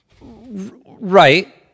Right